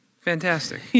Fantastic